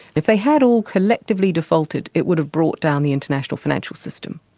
if they had all collectively defaulted it would have brought down the international financial system.